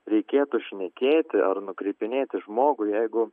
reikėtų šnekėti ar nukreipinėti žmogų jeigu